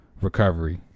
recovery